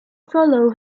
follow